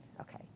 Okay